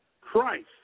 Christ